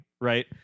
right